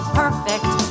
perfect